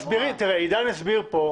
עידן הסביר כאן